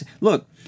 Look